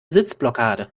sitzblockade